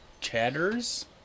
chatters